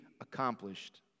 accomplished